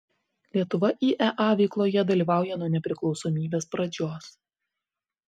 lietuva iea veikloje dalyvauja nuo nepriklausomybės pradžios